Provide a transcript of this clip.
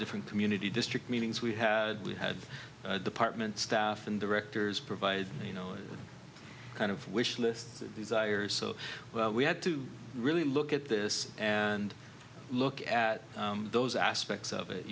different community district meetings we had we had department staff and directors provide you know kind of wish list desires so we had to really look at this and look at those aspects of it